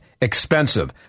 Expensive